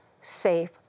safe